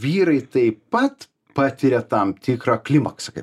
vyrai taip pat patiria tam tikrą klimaksą kaip